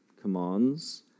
commands